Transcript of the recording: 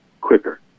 quicker